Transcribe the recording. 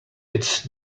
it’s